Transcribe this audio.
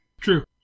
True